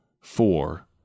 four